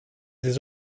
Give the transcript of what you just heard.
des